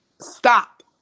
stop